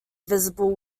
visible